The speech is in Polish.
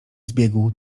zbiegł